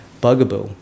Bugaboo